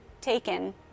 taken